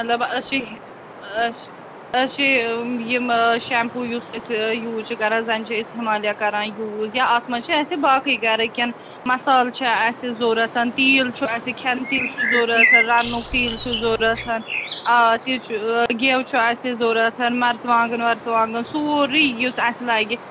مطلب أسۍ چھِ أسۍ أسۍ چھِ یِم یِم شٮ۪مپوٗ یُس أسۍ یوٗز چھِ کَران زَنہِ چھِ أسۍ ہِمالیا کَران یوٗز یا اَتھ منٛز چھِ اَسہِ باقٕے گَرٕکٮ۪ن مصالہٕ چھِ اَسہِ ضروٗرت تیٖل چھُ اَسہِ کھٮ۪ن تیٖل چھُ ضروٗرت رَننُک تیٖل چھُ ضروٗرت آ تہِ چھُ گٮ۪و چھُ اَسہِ ضروٗرت مَرژٕوانٛگَن وَرژٕوانٛگَن سورُے یُس اَسہِ لَگہِ